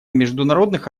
международных